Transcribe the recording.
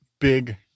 big